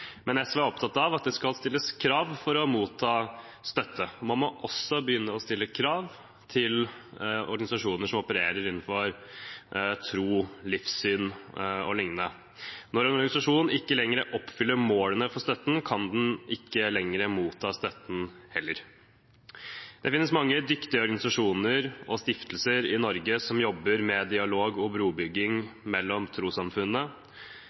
SV er opptatt av at det skal stilles krav for å motta støtte. Man må også begynne å stille krav til organisasjoner som opererer innenfor tro, livssyn o.l. Når en organisasjon ikke lenger oppfyller målene for støtten, kan den ikke lenger motta støtten heller. Det finnes mange dyktige organisasjoner og stiftelser i Norge som jobber med dialog og brobygging mellom trossamfunnene.